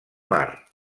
mar